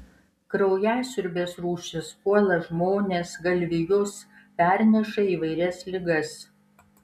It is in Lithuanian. kraujasiurbės rūšys puola žmones galvijus perneša įvairias ligas